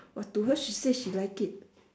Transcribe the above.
but to her she say she like it